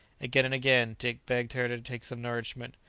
again and again dick begged her to take some nourishment,